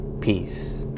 Peace